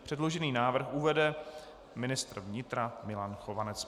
Předložený návrh uvede ministr vnitra Milan Chovanec.